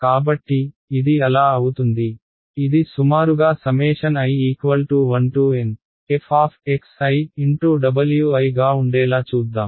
కాబట్టి ఇది అలా అవుతుంది ఇది సుమారుగా i1NfWi గా ఉండేలా చూద్దాం